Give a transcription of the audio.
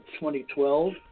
2012